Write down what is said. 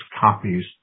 copies